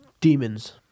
Demons